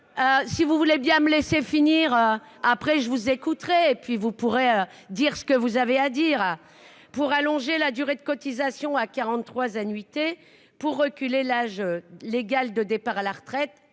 si vous voulez bien me laisser finir après je vous écouterai et puis vous pourrez dire ce que vous avez à dire pour allonger la durée de cotisation à 43 annuités pour reculer l'âge légal de départ à la retraite